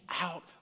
out